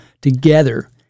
together